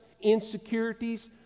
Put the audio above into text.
insecurities